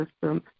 system